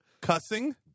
cussing